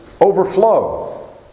overflow